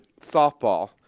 softball